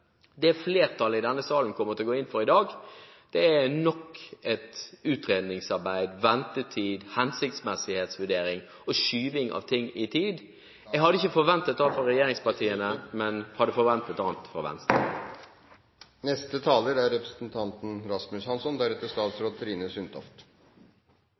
Det flertallet i denne salen kommer til å gå inn for i dag, er nok et utredningsarbeid, ventetid, hensiktsmessighetsvurderinger og skyving ut i tid av ting. Jeg hadde ikke forventet annet av regjeringspartiene, men jeg hadde forventet annet av Venstre. En av de mindre interessante sidene ved å være valgt inn på Stortinget er